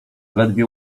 ledwie